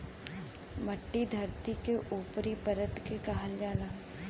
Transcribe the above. मट्टी धरती के ऊपरी सतह के कहल जाला